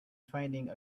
finding